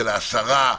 של עשרה,